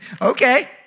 Okay